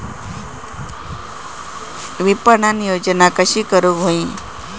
विपणन योजना कशी करुक होई?